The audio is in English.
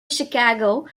chicago